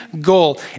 goal